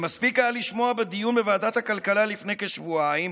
ומספיק היה לשמוע בדיון בוועדת הכלכלה לפני כשבועיים